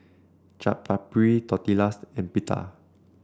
Chaat Papri Tortillas and Pita